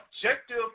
objective